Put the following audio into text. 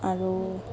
আৰু